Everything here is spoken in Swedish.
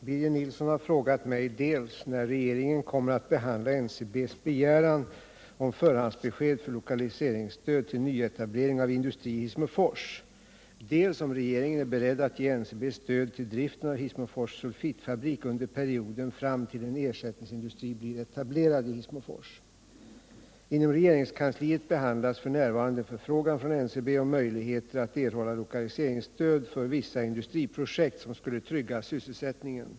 Birger Nilsson har frågat mig, dels när regeringen kommer att behandla NCB:s begäran om förhandsbesked för lokaliseringsstöd till nyetablering av industri i Hissmofors, dels om regeringen är beredd att ge NCEB stöd till driften av Hissmofors sulfitfabrik under perioden fram tills en ersättningsindustri blir etablerad i Hissmofors.